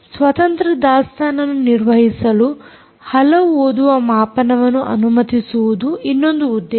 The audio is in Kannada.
ಸ್ವತಂತ್ರ ದಾಸ್ತಾನನ್ನು ನಿರ್ವಹಿಸಲು ಹಲವು ಓದುವ ಮಾಪನವನ್ನು ಅನುಮತಿಸುವುದು ಇನ್ನೊಂದು ಉದ್ದೇಶ